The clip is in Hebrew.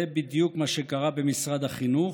זה בדיוק מה שקרה במשרד החינוך,